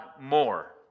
more